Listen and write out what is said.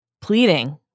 Pleading